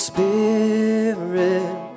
Spirit